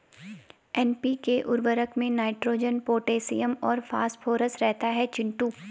NPK उर्वरक में nitrogen potassium और फास्फोरस रहता है चिंटू